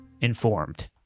informed